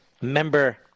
member